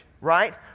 right